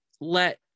let